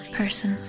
person